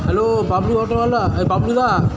hello Bablu অটোওয়ালা এ বাবলু দা